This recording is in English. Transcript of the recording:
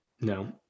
No